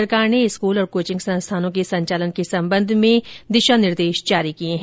सरकार ने स्कूल और कॉचिंग संस्थानों के संचालन के संबंध में दिशा निर्देश जारी किये हैं